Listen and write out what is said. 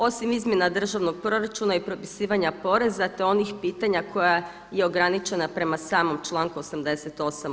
Osim izmjena državnog proračuna i propisivanja poreza, te onih pitanja koja je ograničena prema samom članku 88.